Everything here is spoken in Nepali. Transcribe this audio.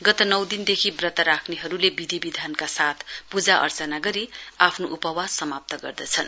गत नै दिनदेकि ब्रत राख्रेहरुले विधि विधानका साथ पूजा अर्चना गरी आफ्नो उपवास समाप्त गर्दछन्